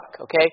okay